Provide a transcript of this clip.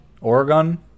Oregon